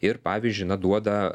ir pavyzdžiui na duoda